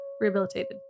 Rehabilitated